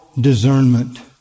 discernment